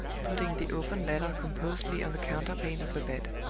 putting the open letter composedly on the counterpane of the bed.